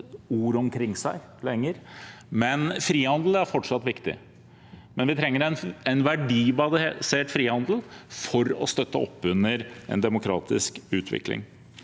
ordene omkring seg, men frihandel er fortsatt viktig. Vi trenger en verdibasert frihandel for å støtte opp under en demokratisk utvikling.